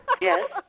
Yes